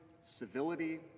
civility